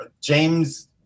James